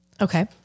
Okay